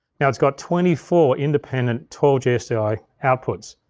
now it's got twenty four independent twelve g sdi outputs.